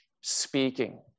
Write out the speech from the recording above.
speaking